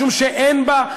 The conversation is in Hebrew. משום שאין בה,